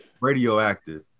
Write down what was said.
Radioactive